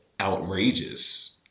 outrageous